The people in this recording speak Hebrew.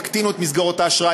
יקטינו את מסגרות האשראי,